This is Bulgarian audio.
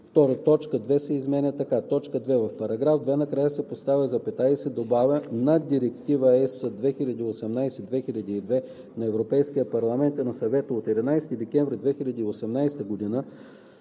2. точка 2 се изменя така: „2. В § 2 накрая се поставя запетая и се добавя „на Директива (ЕС) 2018/2002 на Европейския парламент и на Съвета от 11 декември 2018 година